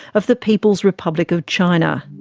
of the people's republic of china.